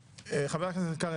------ חבר הכנסת קרעי,